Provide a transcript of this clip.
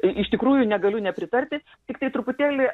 iš tikrųjų negaliu nepritarti tiktai truputėlį